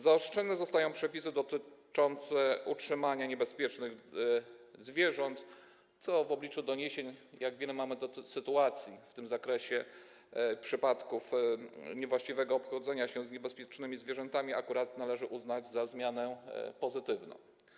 Zaostrzone zostają przepisy dotyczące trzymania niebezpiecznych zwierząt, co w obliczu doniesień, jak wiele mamy sytuacji w tym zakresie, przypadków niewłaściwego obchodzenia się z niebezpiecznymi zwierzętami, należy akurat uznać za zmianę pozytywną.